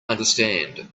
understand